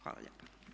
Hvala lijepa.